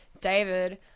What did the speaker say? David